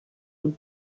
und